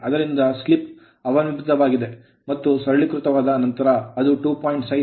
ಆದ್ದರಿಂದ ಇದು slip slip ಅವಲಂಬಿತವಾಗಿದೆ ಮತ್ತು ಸರಳೀಕೃತವಾದ ನಂತರ ಅದು 2